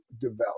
develop